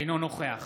אינו נוכח